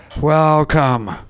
welcome